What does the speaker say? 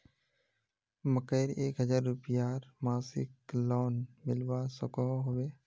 मकईर एक हजार रूपयार मासिक लोन मिलवा सकोहो होबे?